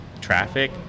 traffic